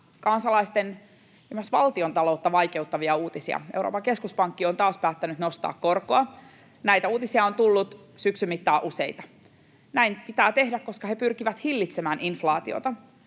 kansalaisten ja myös valtion taloutta vaikeuttavia uutisia. Euroopan keskuspankki on taas päättänyt nostaa korkoa. Näitä uutisia on tullut syksyn mittaan useita. Näin pitää tehdä, koska he pyrkivät hillitsemään inflaatiota,